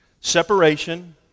Separation